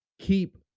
keep